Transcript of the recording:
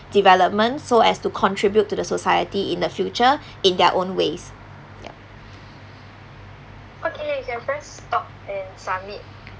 development so as to contribute to the society in the future in their own ways ya